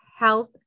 Health